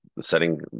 setting